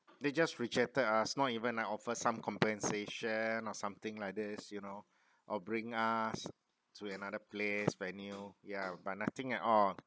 they just rejected us not even like offer some compensation or something like this you know or bring us to another place venue ya but nothing at all